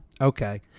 Okay